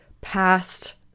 past